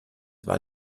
war